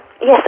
Yes